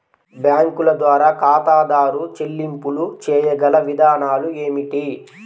బ్యాంకుల ద్వారా ఖాతాదారు చెల్లింపులు చేయగల విధానాలు ఏమిటి?